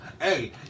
Hey